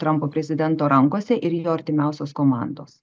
trampo prezidento rankose ir jo artimiausios komandos